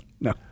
No